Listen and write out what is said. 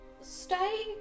stay